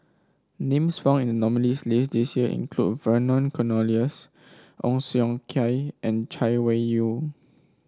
names found in the nominees' list this year include Vernon Cornelius Ong Siong Kai and Chay Weng Yew